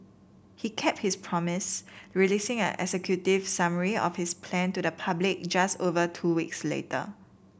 he kept his promise releasing an executive summary of his plan to the public just over two weeks later